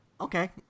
Okay